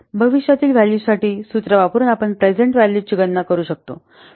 भविष्यातील व्हॅल्यूसाठी सूत्र वापरून आपण प्रेझेन्ट व्हॅल्यूची गणना करू शकतो